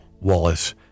Wallace